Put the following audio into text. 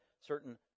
certain